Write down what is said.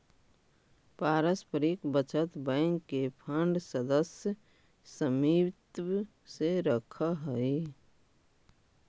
पारस्परिक बचत बैंक के फंड सदस्य समित्व से रखऽ हइ